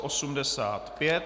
85.